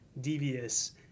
devious